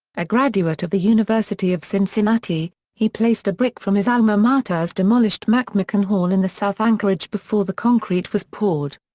a graduate of the university of cincinnati, he placed a brick from his alma mater's demolished mcmicken hall in the south anchorage before the concrete was poured.